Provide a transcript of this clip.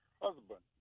husband